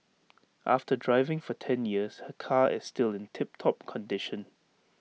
after driving for ten years her car is still in tip top condition